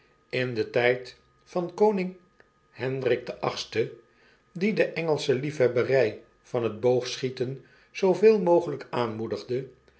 in den tjjd van koning hsndrik den achtsten die deengelsche liefhebbery van het boogschieten zooveel mogeljjk aanmoedigde